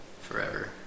forever